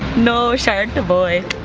no shirt boy.